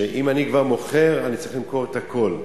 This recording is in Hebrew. שאם אני כבר מוכר, אני צריך למכור את הכול.